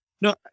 No